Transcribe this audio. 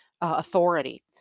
authority